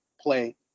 play